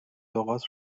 لغات